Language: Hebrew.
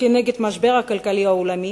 המשבר הכלכלי העולמי,